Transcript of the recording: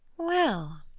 well,